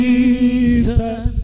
Jesus